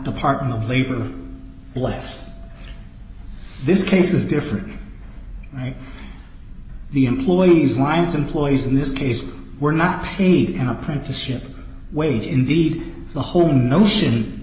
department of labor blessed this case is different the employees why it's employees in this case were not paid an apprenticeship wage indeed the whole notion